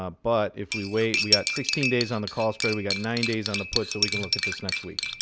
ah but if we wait, we got sixteen days on the call spread. we got nine days on the put, so we can look at this next week.